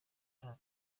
ntago